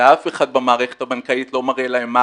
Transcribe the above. ואף אחד במערכת הבנקאית לא מראה להם מה